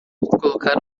colocar